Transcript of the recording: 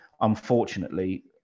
unfortunately